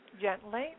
gently